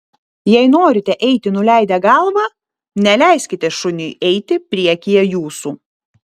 jei norite eiti nuleidę galvą neleiskite šuniui eiti priekyje jūsų